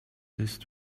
ist